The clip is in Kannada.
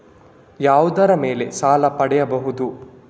ಯಾವುದರ ಮೇಲೆ ಸಾಲ ಪಡೆಯಬಹುದು?